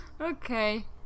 Okay